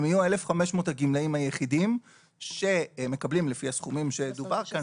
הם יהיו 1,500 הגמלאים היחידים שמקבלים לפי הסכומים שדובר כאן,